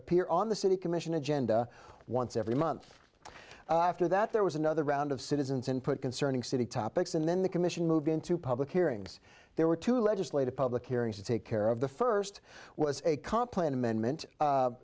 appear on the city commission agenda once every month after that there was another round of citizens input concerning city topics and then the commission moved into public hearings there were two legislative public hearings to take care of the first was a complement amendment